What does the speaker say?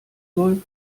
soll